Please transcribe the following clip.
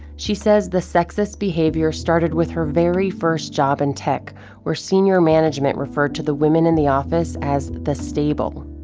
she says the sexist behavior started with her very first job in tech where senior management referred to the women in the office as the stable.